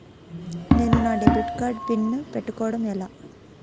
నేను నా debit card PIN పెట్టుకోవడం ఎలా?